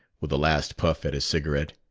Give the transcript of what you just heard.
with a last puff at his cigarette,